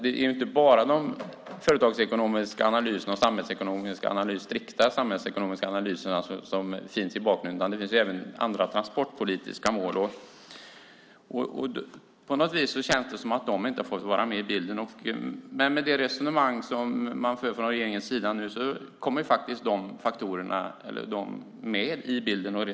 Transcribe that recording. Det är ju inte bara de företagsekonomiska och strikt samhällsekonomiska analyserna som finns i bakgrunden, utan det finns även andra transportpolitiska mål. På något sätt känns det som om de inte har fått vara med i bilden. Men med det resonemang som man nu för från regeringens sida kommer de faktiskt med i bilden.